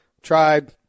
Tried